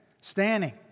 standing